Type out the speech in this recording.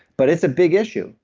but it's a big issue.